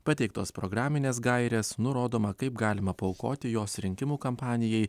pateiktos programinės gairės nurodoma kaip galima paaukoti jos rinkimų kampanijai